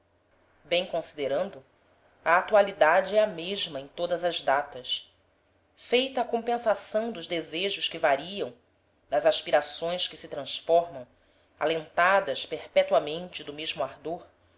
bem considerando a atualidade é a mesma em todas as datas feita a compensação dos desejos que variam das aspirações que se transformam alentadas perpetuamente do mesmo ardor